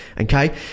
Okay